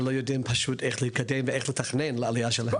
ולא יודעים פשוט איך לקדם ואיך לתכנן לעלייה שלהם.